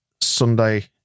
Sunday